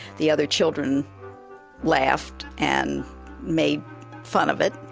the other children laughed and made fun of it.